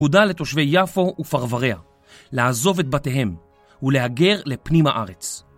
פקודה לתושבי יפו ופרבריה, לעזוב את בתיהם ולהגר לפנים הארץ.